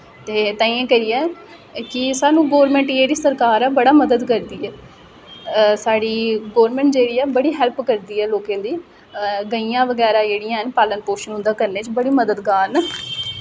ते ताहीं करियै की सानूं गौरमेंट जेह्ड़ी सरकार ऐ बड़ा मदद करदी ऐ साढ़ी गौरमेंट जेह्ड़ी ऐ बड़ी हेल्प करदी ऐ लोकें दी गइयां बगैरा जेह्ड़ियां हैन पालन पोषण उं'दा करने च बड़ी मददगार न